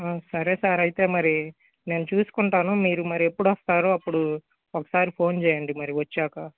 ఆ సరే సార్ అయితే మరి నేను చూసుకుంటాను మీరు మరి ఎప్పుడు వస్తారో అప్పుడు ఒకసారి ఫోన్ చేయండి మరి వచ్చాక